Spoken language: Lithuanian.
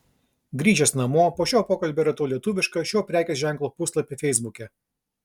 grįžęs namo po šio pokalbio radau lietuvišką šio prekės ženklo puslapį feisbuke